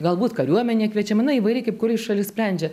galbūt kariuomenė kviečiama na įvairiai kaip kuri šalis sprendžia